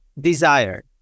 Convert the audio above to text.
desire